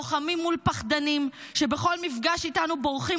לוחמים מול פחדנים שבכל מפגש אתנו בורחים